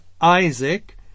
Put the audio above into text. Isaac